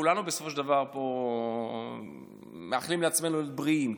כולנו בסופו של דבר פה מאחלים לעצמנו להיות בריאים,